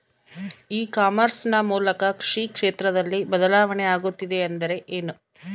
E commerce ನ ಮೂಲಕ ಕೃಷಿ ಕ್ಷೇತ್ರದಲ್ಲಿ ಬದಲಾವಣೆ ಆಗುತ್ತಿದೆ ಎಂದರೆ ಏನು?